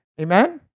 Amen